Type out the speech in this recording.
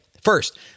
First